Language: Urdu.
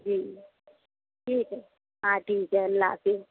جی ٹھیک ہے ہاں ٹھیک ہے اللہ حافظ